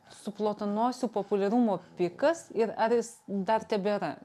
suplotanosių populiarumo pikas ir ar jis dar tebėra